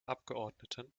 abgeordneten